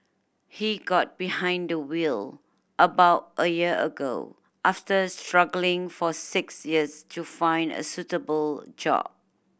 he got behind the wheel about a year ago after struggling for six years to find a suitable job